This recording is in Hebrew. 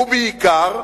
ובעיקר,